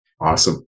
Awesome